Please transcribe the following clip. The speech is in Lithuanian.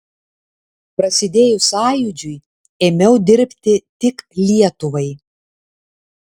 prasidėjus sąjūdžiui ėmiau dirbti tik lietuvai